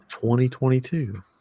2022